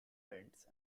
bends